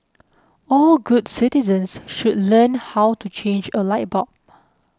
all good citizens should learn how to change a light bulb